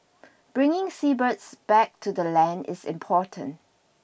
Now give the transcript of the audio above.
bringing seabirds back to the land is important